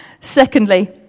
Secondly